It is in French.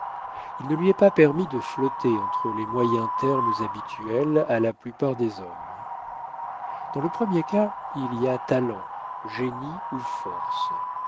il ne lui est pas permis de flotter entre les moyens termes habituels à la plupart des hommes dans le premier cas il y a talent génie ou force